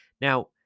Now